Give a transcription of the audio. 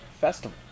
Festival